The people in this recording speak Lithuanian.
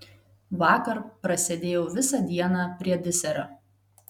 vakar prasėdėjau visą dieną prie diserio